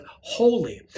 holy